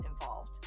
involved